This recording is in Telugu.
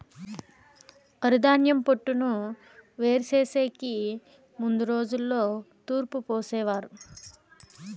వరిధాన్యం పొట్టును వేరు చేసెకి ముందు రోజుల్లో తూర్పు పోసేవారు